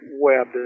web